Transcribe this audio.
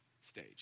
stage